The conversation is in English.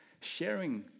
Sharing